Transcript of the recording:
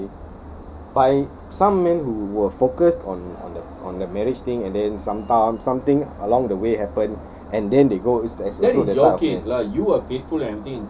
by some men who were focused on on the on the marriage thing and then sometime something along the way happen and then they go is the there's also that type of men